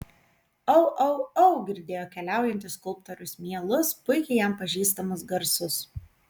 au au au girdėjo keliaujantis skulptorius mielus puikiai jam pažįstamus garsus